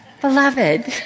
Beloved